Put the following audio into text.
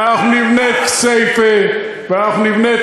ואנחנו נבנה את כסייפה ואנחנו נבנה את